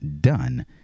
done